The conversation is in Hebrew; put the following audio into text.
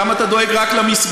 למה אתה דואג רק למסגדים?